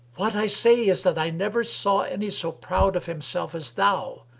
what i say is that i never saw any so proud of himself as thou.